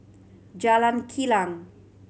Jalan Kilang